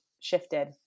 shifted